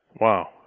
Wow